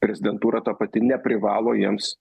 prezidentūra ta pati neprivalo jiems